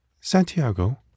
Santiago